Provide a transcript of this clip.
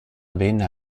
vena